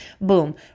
Boom